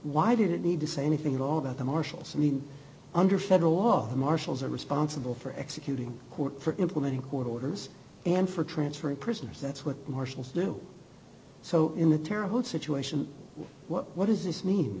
why did it need to say anything at all about the marshals and under federal law the marshals are responsible for executing court for implementing court orders and for transfer of prisoners that's what marshals do so in the terrible situation what what does this mean